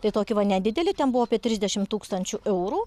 tai tokį va nedidelį ten buvo apie trisdešim tūkstančių eurų